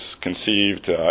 conceived